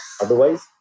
Otherwise